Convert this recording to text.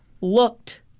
looked